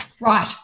Right